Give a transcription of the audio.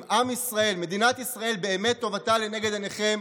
אם טובתו של עם ישראל ומדינת ישראל באמת לנגד עיניכם,